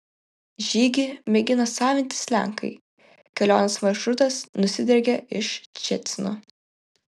žygį mėgina savintis lenkai kelionės maršrutas nusidriekė iš ščecino